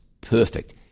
perfect